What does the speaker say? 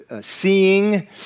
seeing